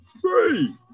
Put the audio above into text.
three